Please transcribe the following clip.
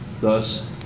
Thus